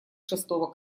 шестого